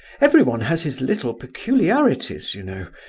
everyone has his little peculiarities, you know,